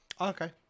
Okay